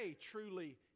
truly